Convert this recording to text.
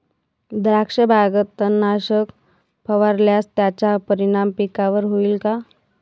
द्राक्षबागेत तणनाशक फवारल्यास त्याचा परिणाम पिकावर होईल का?